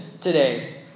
today